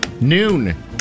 Noon